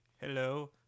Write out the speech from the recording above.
hello